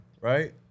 right